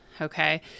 Okay